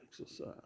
exercise